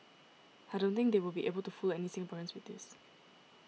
I don't think they will be able to fool any Singaporeans with this